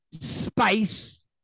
Space